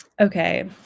okay